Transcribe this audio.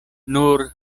nur